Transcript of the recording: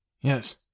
Yes